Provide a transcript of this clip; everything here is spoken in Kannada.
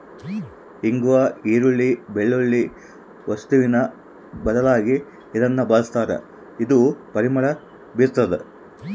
ಇಂಗ್ವಾ ಈರುಳ್ಳಿ, ಬೆಳ್ಳುಳ್ಳಿ ವಸ್ತುವಿನ ಬದಲಾಗಿ ಇದನ್ನ ಬಳಸ್ತಾರ ಇದು ಪರಿಮಳ ಬೀರ್ತಾದ